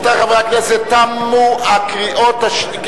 רבותי חברי הכנסת, תמה הקריאה השנייה